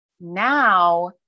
Now